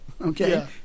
Okay